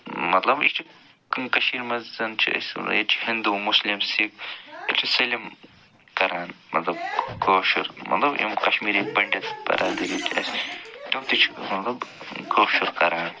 مطلب یہِ چھِ کُنہِ کٔشیٖرِ منٛز چھِ أسۍ ییٚتہِ چھِ ہنٛدوٗ مُسلِم سِکھ ییٚتہِ چھِ سٲلِم کَران مطلب کٲشُر مطلب یِم کشمیٖری پنٛڈِتھ برادٔری چھِ اَسہِ تٕم تہِ چھِ مطلب کٲشُر کَران